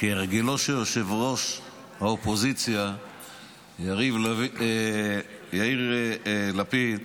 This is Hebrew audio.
כהרגלו של ראש האופוזיציה יאיר לפיד,